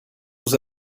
aux